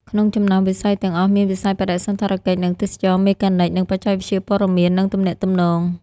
ក្នុងចំណោមវិស័យទាំងអស់ មានវិស័យបដិសណ្ឋារកិច្ចនិងទេសចរណ៍ មេកានិក និងបច្ចេកវិទ្យាព័ត៌មាននិងទំនាក់ទំនង។